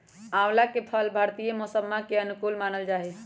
आंवला के फल भारतीय मौसम्मा के अनुकूल मानल जाहई